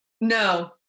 No